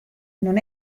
non